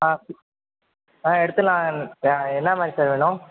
ஆ ஆ எடுத்துடலாம் என்ன மாதிரி சார் வேணும்